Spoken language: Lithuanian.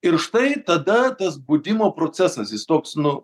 ir štai tada tas budimo procesas jis toks nu